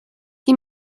sie